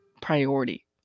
priority